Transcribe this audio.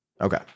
Okay